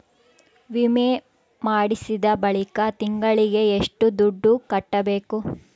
ವಿಮೆ ಮಾಡಿಸಿದ ಬಳಿಕ ತಿಂಗಳಿಗೆ ಎಷ್ಟು ದುಡ್ಡು ಕಟ್ಟಬೇಕು?